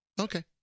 Okay